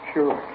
Sure